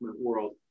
world